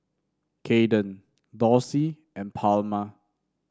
Kayden Dorsey and Palma